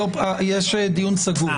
הדיון סגור.